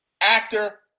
Actor